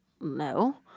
no